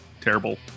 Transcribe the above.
terrible